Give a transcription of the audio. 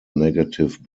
negative